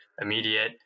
immediate